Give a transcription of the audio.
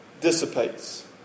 dissipates